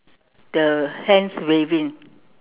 the hands waving